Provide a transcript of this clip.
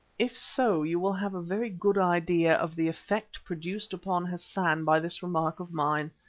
if so, you will have a very good idea of the effect produced upon hassan by this remark of mine.